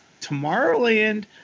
Tomorrowland